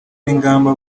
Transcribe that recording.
n’ingamba